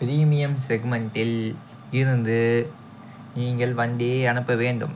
premium செக்மெண்ட்டில் இருந்து நீங்கள் வண்டியை அனுப்ப வேண்டும்